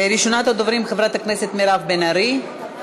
ראשונת הדוברים, חברת הכנסת מירב בן ארי,